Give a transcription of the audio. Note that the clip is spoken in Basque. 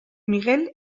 miguel